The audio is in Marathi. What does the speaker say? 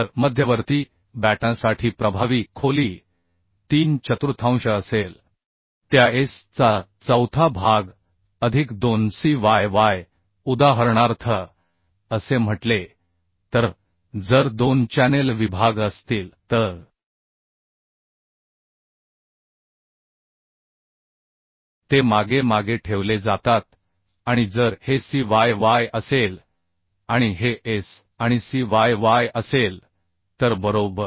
तर मध्यवर्ती बॅटनसाठी प्रभावी खोली तीन चतुर्थांश असेल त्या S चा चौथा भाग अधिक 2 Cyy उदाहरणार्थ असे म्हटले तर जर 2 चॅनेल विभाग असतील तर ते मागे मागे ठेवले जातात आणि जर हे C y y असेल आणि हे S आणि C y y असेल तर बरोबर